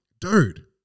Dude